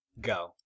go